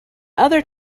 other